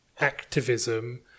activism